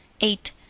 Eight